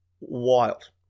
wild